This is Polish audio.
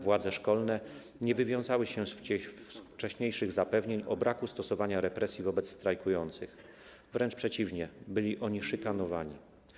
Władze szkolne nie wywiązały się z wcześniejszych zapewnień o braku stosowania represji wobec strajkujących, wręcz przeciwnie, byli oni szykanowani.